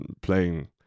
playing